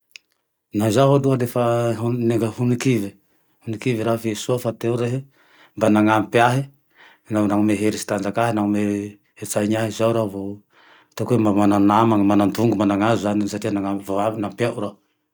Na zaho aloha lefa ho nikivy e, ho nikivy raho fa soa fa teo rehe mba nanampy ahe naho nanome hery sy tanjaky ahy nanome heri-tsaine ahy zao raho vô ataoko hoe mba mana namane, manan-dongo mananazo zane satria nanano vo avy nampiao raho.